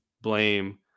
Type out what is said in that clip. blame